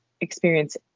experience